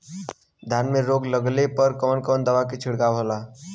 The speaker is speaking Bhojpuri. धान में रोग लगले पर कवन कवन दवा के छिड़काव होला?